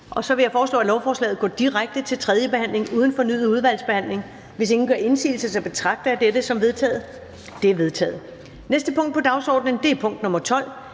forkastet. Jeg foreslår, at lovforslaget går direkte til tredje behandling uden fornyet udvalgsbehandling. Hvis ingen gør indsigelse, betragter jeg dette som vedtaget. Det er vedtaget. --- Det næste punkt på dagsordenen er: 12) 2.